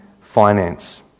finance